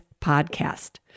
podcast